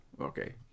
okay